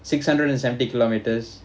six hundred and seventy kilometres